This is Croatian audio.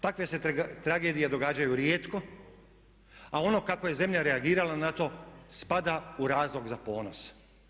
Takve se tragedije događaju rijetko a ono kako je zemlja reagirala na to spada u razlog za ponos.